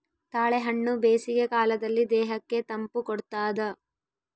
ತಾಳೆಹಣ್ಣು ಬೇಸಿಗೆ ಕಾಲದಲ್ಲಿ ದೇಹಕ್ಕೆ ತಂಪು ಕೊಡ್ತಾದ